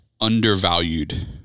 undervalued